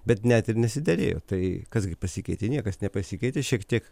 bet net ir nesiderėjo tai kas gi pasikeitė niekas nepasikeitė šiek tiek